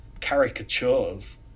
caricatures